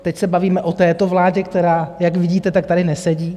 Teď se bavíme o této vládě, která, jak vidíte, tady nesedí.